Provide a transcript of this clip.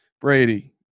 Brady